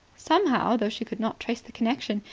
somehow, though she could not trace the connection,